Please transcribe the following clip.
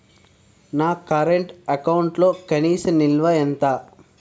నా కరెంట్ అకౌంట్లో కనీస నిల్వ ఎంత?